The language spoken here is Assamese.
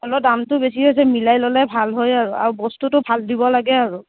হ'লেও দামটো বেছি হৈছে মিলাই ল'লে ভাল হয় আৰু আৰু বস্তুটো ভাল দিব লাগে আৰু